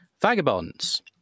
Vagabonds